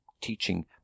teaching